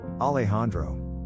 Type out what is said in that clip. Alejandro